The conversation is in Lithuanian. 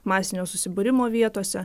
masinio susibūrimo vietose